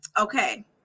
Okay